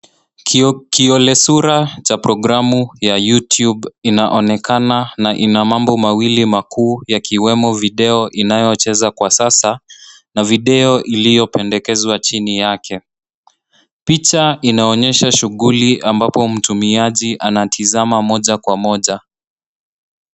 Kiolesura cha programu ya (cs) YouTube (cs) inaonekana na ina mambo mawili makuu yakiwemo video inayocheza kwa sasa, na video iliyopendekezwa chini yake. Picha inaonyesha shughuli ambapo mtumiaji anatazama moja kwa moja.